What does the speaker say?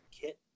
kit